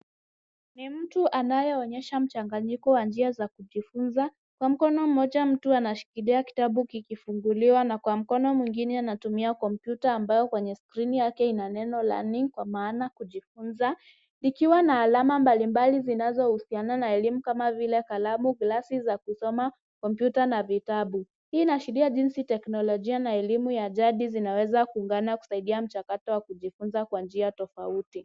Ni mtu anayeonyesha mchanganyiko wa njia za kujifunza. Kwa mkono mmoja mtu anashikilia kitabu kikifunguliwa na kwa mkono mwingine anatumia kompyuta ambayo kwenye skrini yake ina neno learning kwa maana kujifunza. Likiwa na alama mbalimbali zinazohusiana na elimu kama vile; kalamu, gilasi za kusoma, kompyuta na vitabu. Hii inaashiria jinsi teknolojia na elimu ya jadi zinaweza kuungana kusaidia mchakato wa kujifunza kwa njia tofauti.